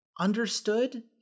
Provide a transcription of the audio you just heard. understood